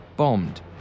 Bombed